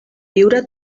viure